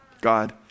God